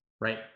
Right